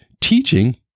teaching